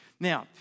Now